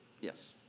Yes